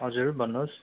हजुर भन्नुहोस्